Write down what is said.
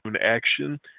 action